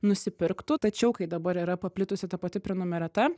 nusipirktų tačiau kai dabar yra paplitusi ta pati prenumerata